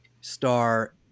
star